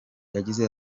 yagize